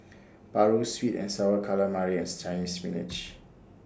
Paru Sweet and Sour Calamari and Chinese Spinach